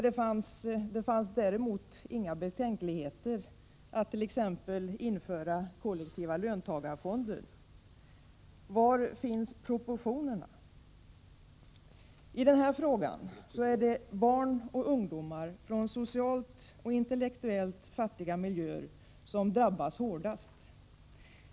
Det fanns däremot inga betänkligheter mot att införa t.ex. kollektiva löntagarfonder. Var finns proportionerna? I den här frågan är det barn och ungdomar från socialt och intellektuellt fattiga miljöer som drabbas hårdast.